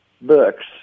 books